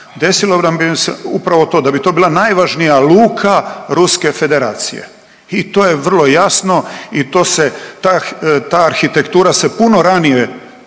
Desilo bi nam se upravo to da bi to bila najvažnija luka Ruske Federacije i to je vrlo jasno i to se, ta, ta arhitektura se puno ranije